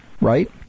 right